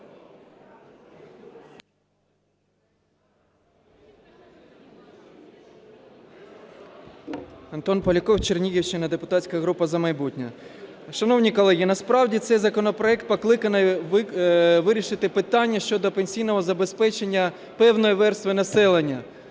Антон Поляков, Чернігівщина, депутатська група "За майбутнє". Шановні колеги, насправді цей законопроект покликаний вирішити питання щодо пенсійного забезпечення певної верстви населення,